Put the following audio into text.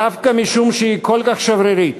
דווקא משום שהיא כל כך שברירית,